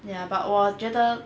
ya but 我觉得